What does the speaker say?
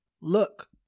look